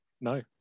no